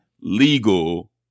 legal